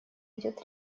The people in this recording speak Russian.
идет